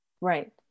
Right